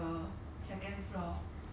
um not really